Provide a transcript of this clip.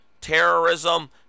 terrorism